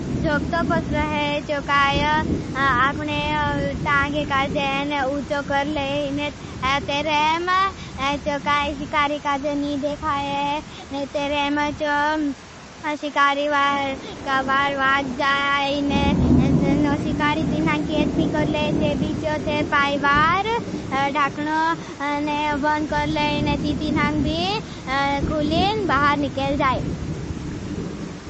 योगतो पस्र है चोकाय, अपने तागे काजं उचो करले। आप पकंगी काजं तेरेम चोकाय शिकारी काजंजी में देखा आये। तेरेम एंजो सिकारी के बार बाज जाए। शिकारी तीनऋ कीत ते बीचो ते पाई वार ढखनो ने वन कर ले ने। ती ती नांग भी खुलिन बहार निकेल जाए।